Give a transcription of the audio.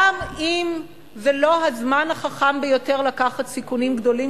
גם אם זה לא הזמן החכם ביותר לקחת סיכונים גדולים,